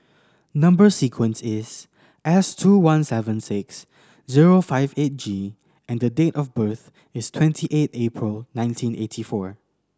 number sequence is S two one seven six zero five eight G and date of birth is twenty eight April nineteen eighty four